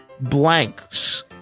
blanks